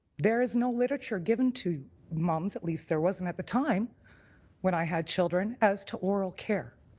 there is no literature given to moms at least there wasn't at the time when i had children, as to oral care.